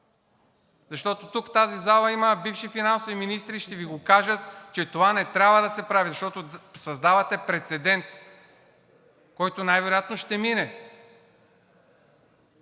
Защото тук в тази зала има бивши финансови министри и ще Ви кажат, че това не трябва да се прави, защото създавате прецедент, който най-вероятно ще мине.